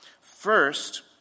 first